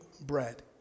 bread